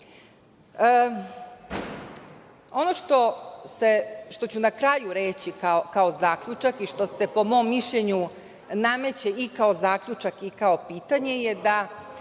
što ću na kraju reći kao zaključak i što se, po mom mišljenju, nameće i kao zaključak i kao pitanje je da